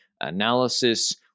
analysis